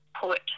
put